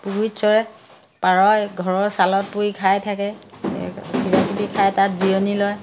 পুখুৰীত চৰে পাৰই হয় ঘৰৰ চালত পৰি খাই থাকে কিবা কিবি খাই তাত জিৰণি লয়